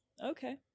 Okay